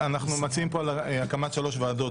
אנחנו מציעים פה על הקמת שלוש ועדות,